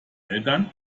eltern